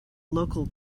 local